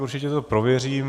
Určitě to prověřím.